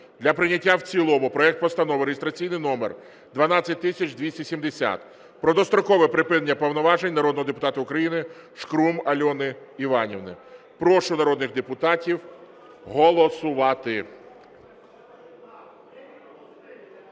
для прийняття в цілому проект Постанови (реєстраційний номер 12270) про дострокове припинення повноважень народного депутата України Шкрум Альони Іванівни. Прошу народних депутатів голосувати.